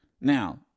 Now